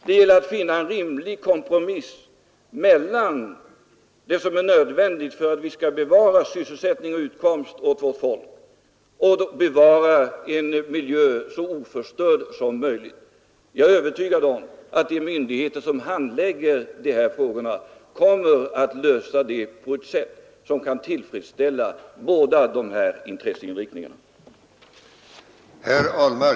Det gäller att finna en rimlig kompromiss mellan det som är nödvändigt för att vi skall bevara sysselsättning och utkomst åt vårt folk och bevara en miljö så oförstörd som möjligt. Jag är övertygad om att de myndigheter som handlägger de här frågorna kommer att lösa dem på ett sätt som kan tillfredsställa båda dessa intresseinriktningar.